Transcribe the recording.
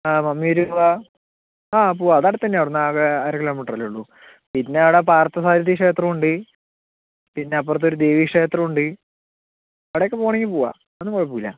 ആ മമ്മിയൂര് പോവാം അതവിടെ തന്നെയാണ് അവിടുന്നാകെ അര കിലോമീറ്ററല്ലെ ഉള്ളു പിന്നെ അവിടെ പാർത്തസാരഥി ക്ഷേത്രമുണ്ട് പിന്നെ അപ്പുറത്തൊരു ദേവീ ക്ഷേത്രമുണ്ട് അവിടെയൊക്കെ പോകണമെങ്കിൽ പോകാം അതൊന്നും കുഴപ്പമില്ല